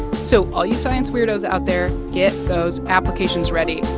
so all your science weirdoes out there, get those applications ready.